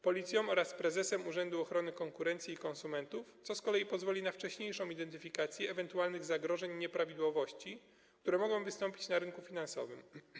Policją oraz prezesem Urzędu Ochrony Konkurencji i Konsumentów, co z kolei pozwoli na wcześniejszą identyfikację ewentualnych zagrożeń nieprawidłowościami, które mogą wystąpić na rynku finansowym.